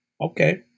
Okay